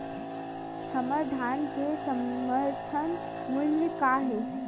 हमर धान के समर्थन मूल्य का हे?